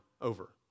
over